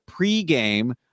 pregame